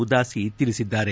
ಉದಾಸಿತಿಳಿಸಿದ್ದಾರೆ